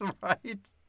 right